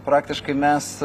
praktiškai mes